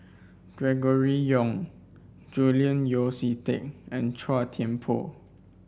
Gregory Yong Julian Yeo See Teck and Chua Thian Poh